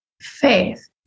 faith